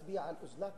זה מצביע על אוזלת